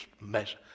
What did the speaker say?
mess